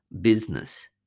business